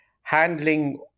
handling